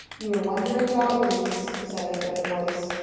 you were wondering about release, he said in a bitter voice.